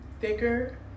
thicker